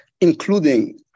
including